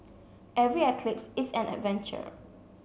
every eclipse is an adventure